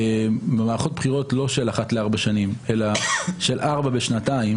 במערכות בחירות לא של כל ארבע שנים אלא של ארבע ושנתיים